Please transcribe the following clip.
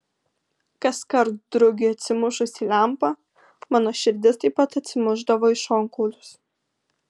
kaskart drugiui atsimušus į lempą mano širdis taip pat atsimušdavo į šonkaulius